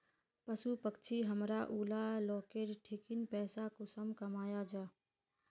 पशु पक्षी हमरा ऊला लोकेर ठिकिन पैसा कुंसम कमाया जा?